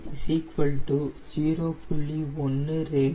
01 rad or 0